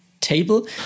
table